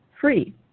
free